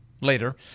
Later